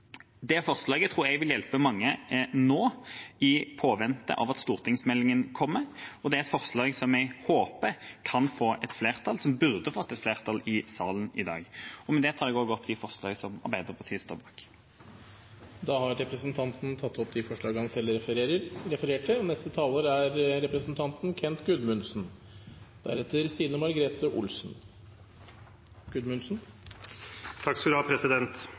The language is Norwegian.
Det forslaget tror jeg vil hjelpe mange nå, i påvente av at stortingsmeldingen kommer, og jeg håper at forslaget får flertall – det burde få flertall – i salen i dag. Med det tar jeg opp forslaget fra Arbeiderpartiet, Senterpartiet og SV. Representanten Torstein Tvedt Solberg har tatt opp det forslaget han refererte til. Jeg vil innledningsvis takke komiteens medlemmer for samarbeidet i saken og